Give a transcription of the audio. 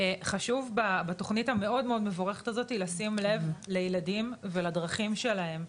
חשוב בתוכנית המאוד מאוד מבורכת הזו לשים לב לילדים ולדרכים שלהם,